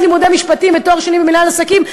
לימודי משפטים ותואר שני במינהל עסקים.